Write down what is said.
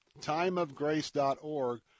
timeofgrace.org